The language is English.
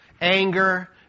anger